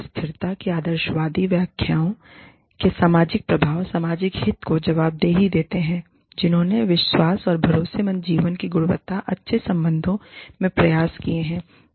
स्थिरता की आदर्शवादी व्याख्याओं के सामाजिक प्रभाव सामाजिक हित को जवाबदेही देते हैं जिन्होंने विश्वास और भरोसेमंदता जीवन की गुणवत्ता अच्छे संबंधों में प्रयास किएहैं